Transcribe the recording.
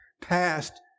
past